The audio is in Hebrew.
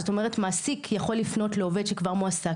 זאת אומרת מעסיק יכול לפנות לעובד שכבר מועסק,